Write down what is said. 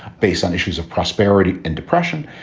based on issues of prosperity and depression,